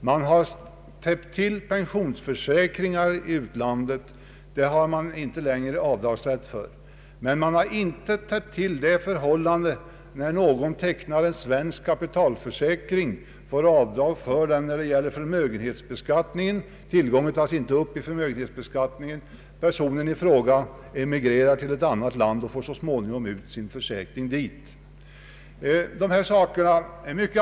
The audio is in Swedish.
Man har inte längre avdragsrätt för pensionsförsäkringar i utlandet. Men när någon tecknar en svensk kapitalförsäkring tas denna tillgång inte upp vid förmögenhetsbeskattningen. Personen i fråga kan emigrera till ett annat land och så småningom få ut sin försäkring där.